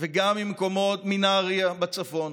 נהריה בצפון